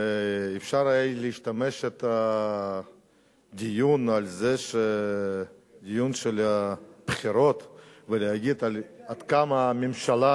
ואפשר היה להשתמש בזה שהדיון הוא דיון של בחירות ולהגיד עד כמה הממשלה,